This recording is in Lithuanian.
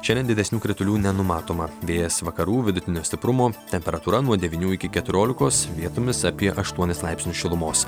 šiandien didesnių kritulių nenumatoma vėjas vakarų vidutinio stiprumo temperatūra nuo devynių iki keturiolikos vietomis apie aštuonis laipsnius šilumos